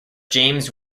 james